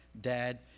dad